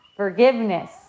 Forgiveness